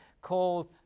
called